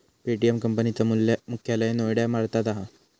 Paytm कंपनी चा मुख्यालय नोएडा भारतात हा